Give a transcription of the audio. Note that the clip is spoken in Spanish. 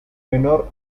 menor